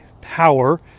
power